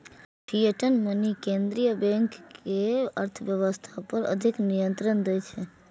fiat money केंद्रीय bank कें अर्थव्यवस्था पर अधिक नियंत्रण दै छै